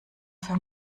für